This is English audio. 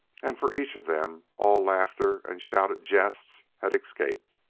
and, for each of them, all laughter and shouted jests had escaped.